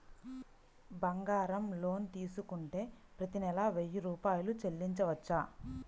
బంగారం లోన్ తీసుకుంటే ప్రతి నెల వెయ్యి రూపాయలు చెల్లించవచ్చా?